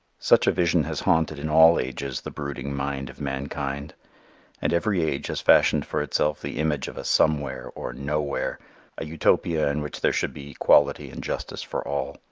such a vision has haunted in all ages the brooding mind of mankind and every age has fashioned for itself the image of a somewhere or nowhere a utopia in which there should be equality and justice for all.